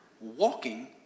walking